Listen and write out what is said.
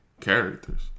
characters